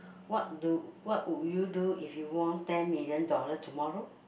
what do what would you do if you won ten million dollar tomorrow